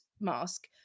mask